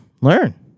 learn